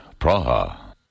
Praha